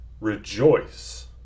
rejoice